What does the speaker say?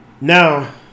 Now